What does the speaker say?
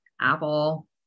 apple